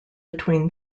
between